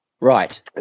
Right